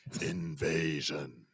invasion